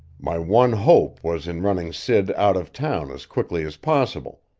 my one hope was in running sid out of town as quickly as possible,